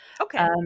Okay